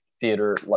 theater